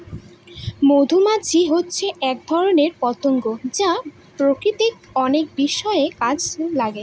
মধুমাছি হচ্ছে এক ধরনের পতঙ্গ যা প্রকৃতির অনেক বিষয়ে কাজে লাগে